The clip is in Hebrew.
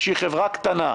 שהיא חברה קטנה.